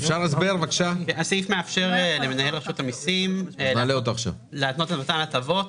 הסעיף מאפשר למנהל רשות המיסים להתנות במתן הטבות,